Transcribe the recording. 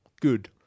Good